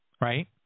right